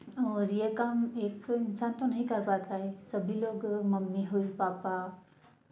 और यह काम एक इन्सान तो नहीं कर पाता है सभी लोग मम्मी हुई पापा